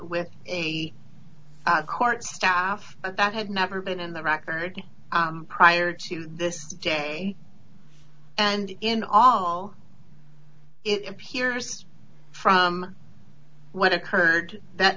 with the court staff that had never been in the record prior to this day and in all it appears from what occurred that